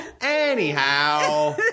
Anyhow